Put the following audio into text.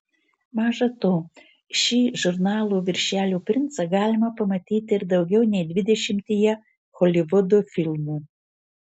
maža to šį žurnalų viršelių princą galima pamatyti ir daugiau nei dvidešimtyje holivudo filmų